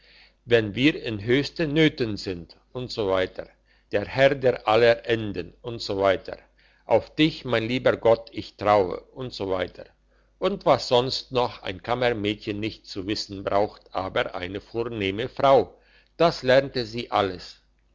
wenn wir in höchsten nöten sein usw der herr der aller enden usw auf dich mein lieber gott ich traue usw und was sonst noch ein kammermädchen nicht zu wissen braucht aber eine vornehme frau das lernte sie alles